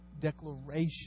declaration